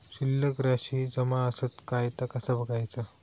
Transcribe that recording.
शिल्लक राशी जमा आसत काय ता कसा बगायचा?